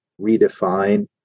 redefine